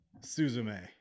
Suzume